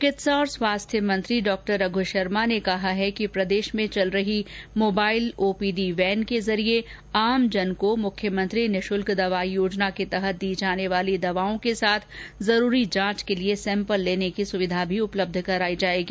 चिकित्सा और स्वास्थ्य मंत्री डॉ रघु शर्मा ने कहा है कि प्रदेश में चल रही मोबाइल ओपीडी वैन के जरिए आमजन को मुख्यमंत्री निःशुल्क दवा योजना के तहत दी जाने वाली दवाओं के साथ जरूरी जांच के लिए सैंपल लेने की सुविधा भी उपलब्ध कराई जाएगी